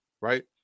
right